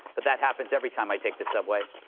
but that happens every time i take the subway.